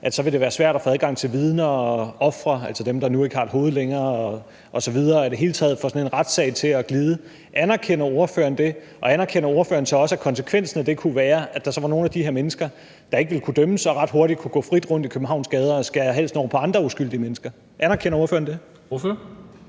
at det ville være svært at få adgang til vidner og ofre – altså dem, der nu ikke har et hoved længere – osv. og i det hele taget at få sådan en retssag til at glide? Anerkender ordføreren det, og anerkender ordføreren så også, at konsekvensen af det kunne være, at der så var nogle af de her mennesker, der ikke ville kunne dømmes og ret hurtigt kunne gå frit rundt i Københavns gader og skære halsen over på andre uskyldige mennesker? Anerkender ordføreren det?